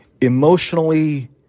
emotionally